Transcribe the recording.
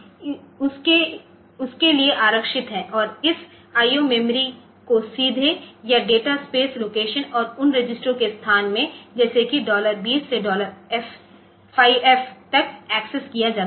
तो 64 स्थान उसके लिए आरक्षित हैं और इस IO मेमोरी को सीधे या डेटा स्पेस लोकेशन और उन रजिस्टरों के स्थान में जैसे कि डॉलर 20 से डॉलर 5F तक एक्सेस किया जा सकता है